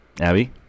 Abby